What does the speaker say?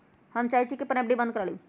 हम चाहई छी कि अपन एफ.डी बंद करा लिउ